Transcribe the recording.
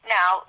Now